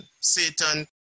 Satan